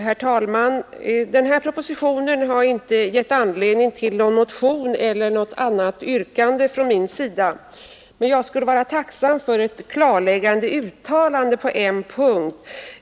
Herr talman! Propositionen 4 år 1972 har inte gett anledning tiil någon motion eller något annat yrkande från min sida, men jag skulle önska ett klarläggande uttalande på en punkt.